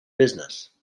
business